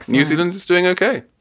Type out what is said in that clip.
new zealand is is doing ok.